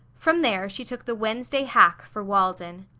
from there she took the wednesday hack for walden.